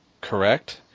correct